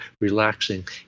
relaxing